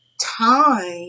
time